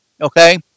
Okay